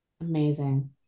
Amazing